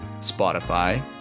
Spotify